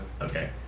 Okay